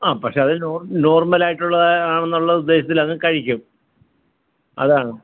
ആ പക്ഷെ അത് നോർമലായിട്ടുള്ള ആണെന്നുള്ള ഉദ്ദേശത്തിലങ്ങ് കഴിക്കും അതാണ്